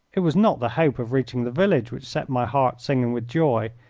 it was not the hope of reaching the village which set my heart singing with joy,